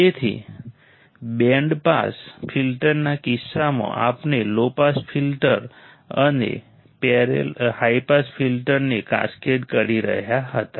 તેથી band pass ફિલ્ટરના કિસ્સામાં આપણે લો પાસ ફિલ્ટર અને હાઈ પાસ ફિલ્ટરને કાસ્કેડ કરી રહ્યા હતા